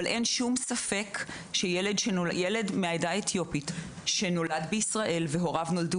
אין שום ספק שילד מהעדה האתיופית שנולד בישראל והוריו נולדו